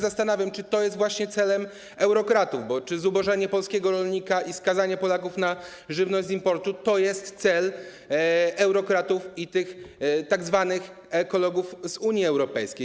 Zastanawiam się, czy to jest właśnie celem eurokratów, czy zubożenie polskiego rolnika i skazanie Polaków na żywność z importu to jest cel eurokratów i tych tzw. ekologów z Unii Europejskiej.